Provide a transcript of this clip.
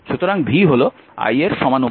সুতরাং v হল i এর সমানুপাতিক